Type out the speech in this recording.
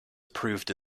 approved